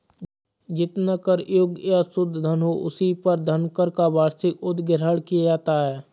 जितना कर योग्य या शुद्ध धन हो, उसी पर धनकर का वार्षिक उद्ग्रहण किया जाता है